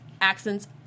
accents